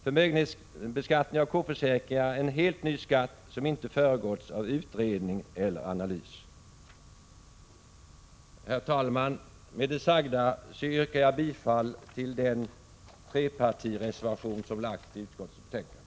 Förmögenhetsbeskattning av K-försäkringar är en helt ny skatt, som inte föregåtts av utredning eller ens av någon analys. Herr talman! Med det sagda yrkar jag bifall till den trepartireservation som fogats till utskottets betänkande.